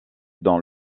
dans